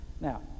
Now